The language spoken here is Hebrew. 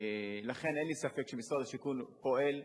לכן, אין לי ספק שמשרד השיכון פועל.